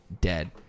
dead